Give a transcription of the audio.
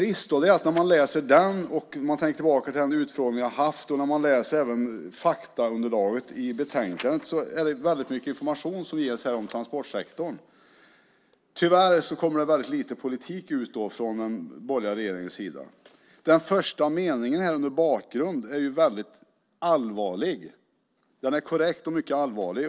I den rapporten, i utfrågningen och även i faktaunderlaget i betänkande ges det väldigt mycket information om transportsektorn. Tyvärr kommer det väldigt lite politik ut från den borgerliga regeringen. Den första meningen under rubriken Bakgrund är korrekt och mycket allvarlig.